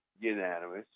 unanimous